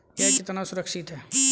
यह कितना सुरक्षित है?